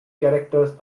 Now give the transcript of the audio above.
characters